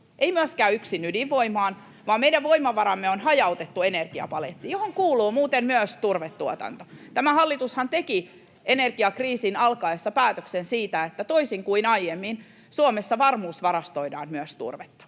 ei myöskään yksin ydinvoimaan, vaan meidän voimavaramme on hajautettu energiapaletti, johon kuuluu muuten myös turvetuotanto. Tämä hallitushan teki energiakriisin alkaessa päätöksen siitä, että toisin kuin aiemmin, Suomessa varmuusvarastoidaan myös turvetta.